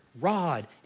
rod